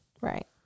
Right